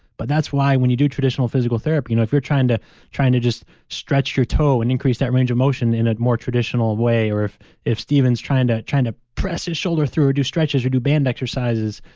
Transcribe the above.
but that's why when you do traditional physical therapy, you know if you're trying to trying to just stretch your toe and increase that range of motion in a more traditional way or if if steven's trying to trying to press his shoulder through, or do stretches, or do band exercises,